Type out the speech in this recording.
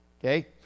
Okay